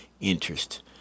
interest